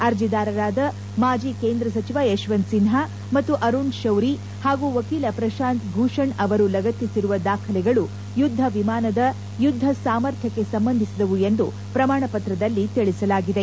ಅರ್ಜಿದಾರರಾದ ಮಾಜಿ ಕೇಂದ್ರ ಸಚಿವ ಯಶವಂತ್ ಸಿನ್ಲಾ ಮತ್ತು ಅರುಣ್ ಶೌರಿ ಹಾಗೂ ವಕೀಲ ಪ್ರಶಾಂತ್ ಭೂಷಣ್ ಅವರು ಲಗತ್ತಿಸಿರುವ ದಾಖಲೆಗಳು ಯುದ್ದ ವಿಮಾನದ ಯುದ್ದ ಸಾಮರ್ಥ್ಯಕ್ಕೆ ಸಂಬಂಧಿಸಿದವು ಎಂದು ಪ್ರಮಾಣಪತ್ರದಲ್ಲಿ ತಿಳಿಸಲಾಗಿದೆ